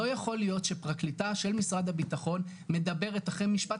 לא יכול להיות שפרקליטה של משרד הביטחון מדברת אחרי משפט,